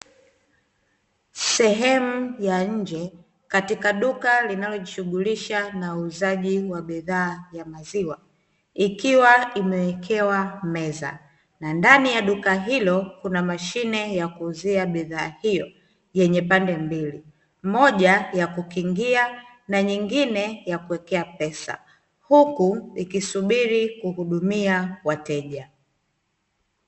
Sehemu ya nje, katika duka linalojishughulisha na uuzaji wa bidhaa ya maziwa, ikiwa imewekewa meza na ndani ya duka hilo kuna mashine ya kuuzia bidhaa hiyo yenye pande mbili; moja ya kukingia na nyingine ya kuwekea pesa, huku ikisubiri kuhudumia wateja.